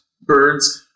birds